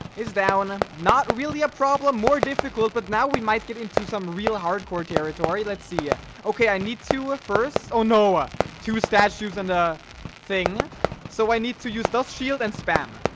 it's diana not really a problem more difficult, but now we might get into some real hardcore territory. let's see yeah, okay i need to a first oh noah two statues and a thing so i need to use the shield and spam